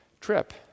trip